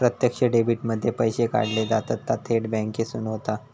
प्रत्यक्ष डेबीट मध्ये पैशे काढले जातत ता थेट बॅन्केसून होता